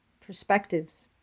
perspectives